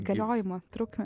galiojimo trukmę